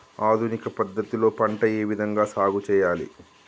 ఆధునిక పద్ధతి లో పంట ఏ విధంగా సాగు చేయాలి?